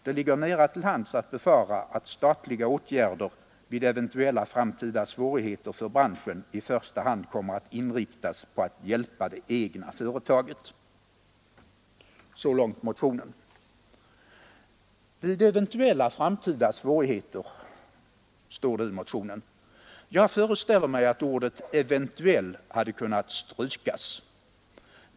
Det ligger nära till hands att befara att statliga åtgärder vid eventuella framtida svårigheter för branschen i första hand kommer att inriktas på att hjälpa det egna företaget.” Vid ”eventuella framtida svårigheter”, står det i motionen. Jag föreställer mig att ordet ”eventuella” hade kunnat strykas.